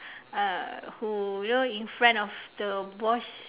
ah who you know in front of the boss